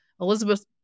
Elizabeth